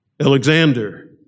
Alexander